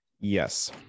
Yes